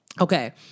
Okay